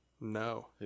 No